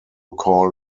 call